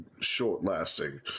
short-lasting